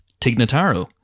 Tignataro